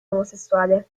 omosessuale